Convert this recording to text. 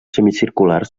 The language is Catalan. semicirculars